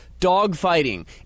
dogfighting